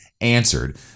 answered